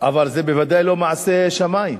אבל זה בוודאי לא מעשה שמים,